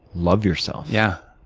love yourself? yeah.